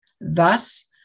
Thus